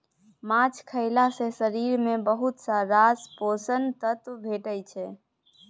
माछ खएला सँ शरीर केँ बहुत रास पोषक तत्व भेटै छै